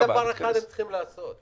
פינדרוס, רק דבר אחד הם צריכים לעשות.